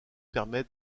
permet